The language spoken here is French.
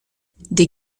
des